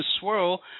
swirl